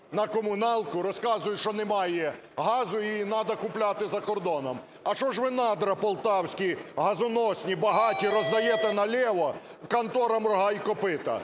на комуналку, розказують, що немає газу і надо купляти за кордоном. А що ж ви надра полтавські, газоносні, багаті, роздаєте наліво конторам "рога і копита"?